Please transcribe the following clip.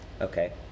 Okay